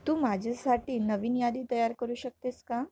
तू माझ्यासाठी नवीन यादी तयार करू शकत आहेस का